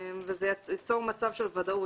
וזה ייצור מצב של ודאות,